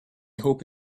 hope